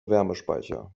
wärmespeicher